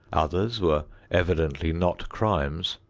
others were evidently not crimes,